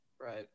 right